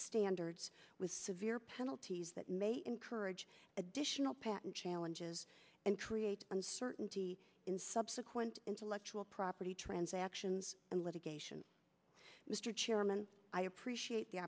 standards with severe penalties that may encourage additional patent challenges and create uncertainty in subsequent intellectual property transactions and litigation mr chairman i appreciate the